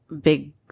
big